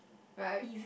right